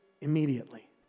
immediately